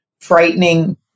frightening